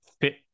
fit